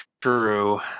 true